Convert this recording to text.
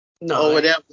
No